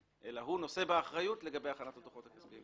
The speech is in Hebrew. אלא הוא נושא באחריות לגבי הכנת הדוחות הכספיים.